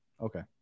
Okay